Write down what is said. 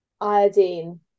iodine